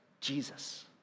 Jesus